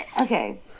okay